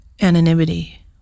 anonymity